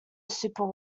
super